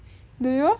do you